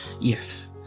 yes